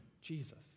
Jesus